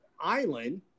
island